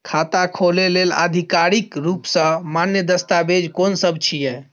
खाता खोले लेल आधिकारिक रूप स मान्य दस्तावेज कोन सब छिए?